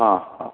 ହଁ ହଁ